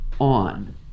on